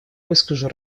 выскажу